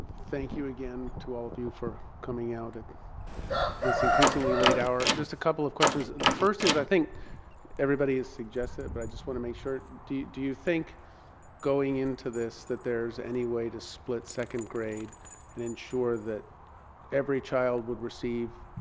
thank you again to all of you for coming out at this increasingly late hour just a couple of questions the first is i think everybody has suggested but i just want to make sure do you do you think going into this that there's any way to split second grade and ensure that every child would receive